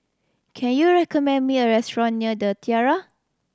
can you recommend me a restaurant near The Tiara